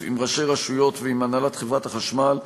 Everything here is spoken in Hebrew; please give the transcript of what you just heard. עם ראשי רשויות ועם הנהלת חברת החשמל,